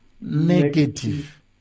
negative